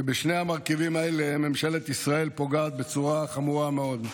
ובשני המרכיבים האלה ממשלת ישראל פוגעת בצורה חמורה מאוד.